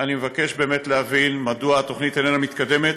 אני מבקש באמת להבין מדוע התוכנית איננה מתקדמת.